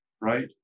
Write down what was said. right